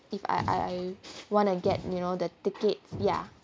if I I want to get you know the tickets ya